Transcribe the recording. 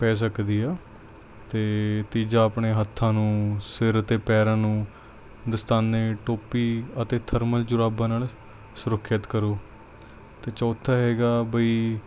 ਪੈ ਸਕਦੀ ਆ ਅਤੇ ਤੀਜਾ ਆਪਣੇ ਹੱਥਾਂ ਨੂੰ ਸਿਰ ਅਤੇ ਪੈਰਾਂ ਨੂੰ ਦਸਤਾਨੇ ਟੋਪੀ ਅਤੇ ਥਰਮਲ ਜੁਰਾਬਾਂ ਨਾਲ ਸੁਰੱਖਿਅਤ ਕਰੋ ਅਤੇ ਚੌਥਾ ਹੈਗਾ ਬਈ